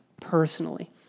personally